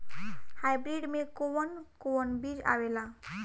Hybrid में कोवन कोवन बीज आवेला?